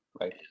Right